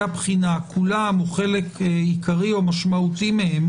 הבחינה כולם או חלק עיקרי או משמעותי מהם,